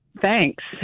Thanks